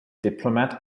diplomat